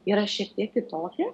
yra šiek tiek kitokie